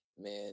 Man